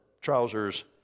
trousers